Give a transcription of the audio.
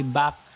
back